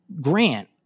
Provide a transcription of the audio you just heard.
Grant